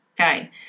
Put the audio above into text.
Okay